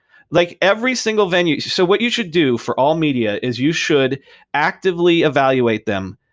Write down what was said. like every single venue so what you should do for all media is you should actively evaluate them,